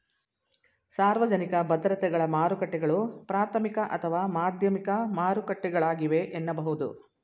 ಸಾರ್ವಜನಿಕ ಭದ್ರತೆಗಳ ಮಾರುಕಟ್ಟೆಗಳು ಪ್ರಾಥಮಿಕ ಅಥವಾ ಮಾಧ್ಯಮಿಕ ಮಾರುಕಟ್ಟೆಗಳಾಗಿವೆ ಎನ್ನಬಹುದು